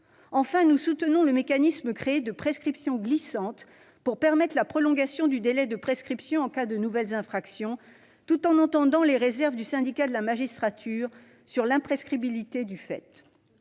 Enfin, nous soutenons le mécanisme nouveau de prescription glissante pour permettre la prolongation du délai de prescription en cas de nouvelles infractions, tout en entendant les réserves du Syndicat de la magistrature sur l'imprescriptibilité de fait.